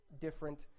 different